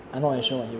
oh